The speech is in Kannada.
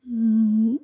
ಹ್ಞೂ